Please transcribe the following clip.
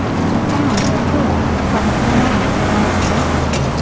but i found they thought, if i had gone on as the master wanted me,